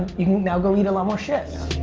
you can now go eat a lot more shit.